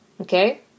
Okay